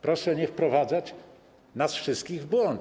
Proszę nie wprowadzać nas wszystkich w błąd.